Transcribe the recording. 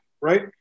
right